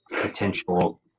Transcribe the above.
potential